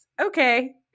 okay